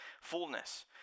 fullness